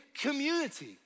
community